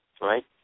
right